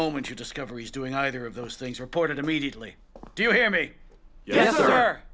moment you discover he's doing either of those things reported immediately do you hear me ye